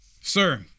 sir